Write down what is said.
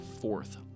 fourth